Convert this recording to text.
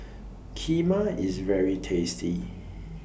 Kheema IS very tasty